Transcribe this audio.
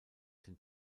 den